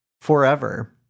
Forever